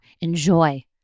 Enjoy